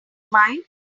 mine